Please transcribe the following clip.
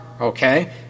okay